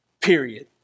Period